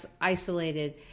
isolated